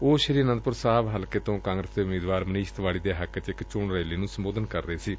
ਉਹ ਸ੍ਰੀ ਆਨੰਦਪੁਰ ਸਾਹਿਬ ਹਲਕੇ ਤੋਂ ਕਾਂਗਰਸ ਦੇ ਉਮੀਦਵਾਰ ਮਨੀਸ਼ ਤਿਵਾੜੀ ਦੇ ਹੱਕ ਚ ਇਕ ਚੋਣ ਰੈਲੀ ਨੂੰ ਸੰਬੋਧਨ ਕਰ ਰਹੇ ਸਨ